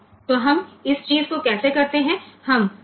તો આપણે આ વસ્તુ કેવી રીતે કરી શકીએ